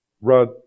Rod